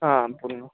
हा पूर्ण